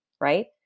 right